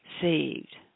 saved